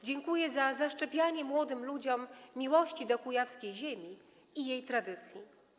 Dziękuję za zaszczepianie młodym ludziom miłości do kujawskiej ziemi i jej tradycji.